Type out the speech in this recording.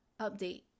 update